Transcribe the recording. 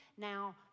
now